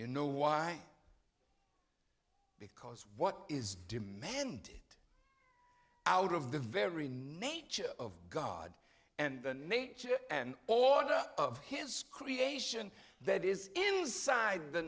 you know why because what is demanded out of the very nature of god and the nature and all of his creation that is inside the